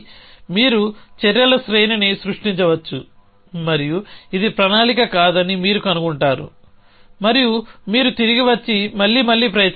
ఇది మీరు చర్యల శ్రేణిని సృష్టించవచ్చు మరియు ఇది ప్రణాళిక కాదని మీరు కనుగొంటారు మరియు మీరు తిరిగి వచ్చి మళ్లీ మళ్లీ ప్రయత్నించండి